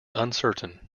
uncertain